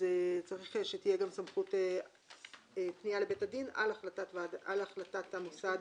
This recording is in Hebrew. צריך שתהיה גם פנייה לבית הדין על החלטת המוסד